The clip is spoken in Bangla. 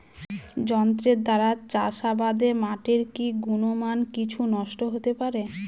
যন্ত্রের দ্বারা চাষাবাদে মাটির কি গুণমান কিছু নষ্ট হতে পারে?